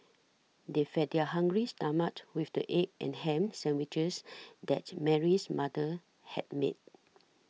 they fed their hungry stomachs with the egg and ham sandwiches that Mary's mother had made